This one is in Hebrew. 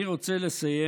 אני רוצה לסיים